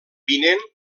vinent